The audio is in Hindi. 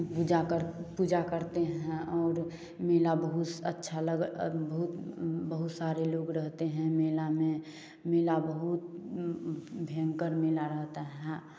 पूजा कर पूजा करते हैं और मेला बहुत अच्छा लग बहुत बहुत सारे लोग रहते हैं मेला में मेला बहुत भयंकर मेला रहता है